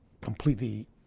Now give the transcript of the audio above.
completely